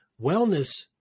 wellness